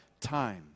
time